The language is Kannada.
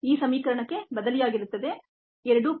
37 into 10 power minus 3 log to the base 10 of 10 power 3